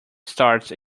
starts